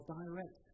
direct